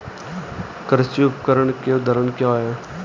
कृषि उपकरण के उदाहरण क्या हैं?